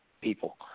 people